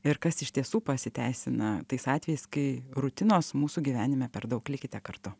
ir kas iš tiesų pasiteisina tais atvejais kai rutinos mūsų gyvenime per daug likite kartu